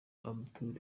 abdoul